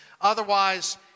Otherwise